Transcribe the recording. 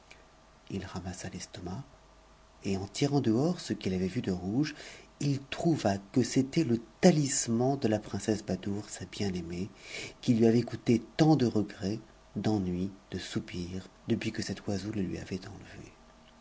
il ramassa l'estomac et en tirant dehors ce qu'il avijj vu de rouge il trouva que c'était le talisman de la princesse badourp sa bien-aimée qui lui avait coûté tant de regrets d'ennuis de sounirs depuis que cet oiseau le lui avait enlevé